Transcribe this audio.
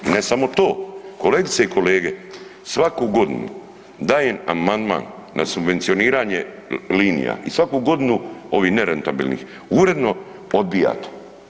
Ne samo to, kolegice i kolege, svaku godinu dajem amandman na subvencioniranje linija i svaku godinu, ovi nerentabilnih, uredno odbijate.